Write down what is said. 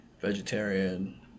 vegetarian